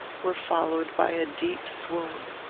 were followed by a deep swoon.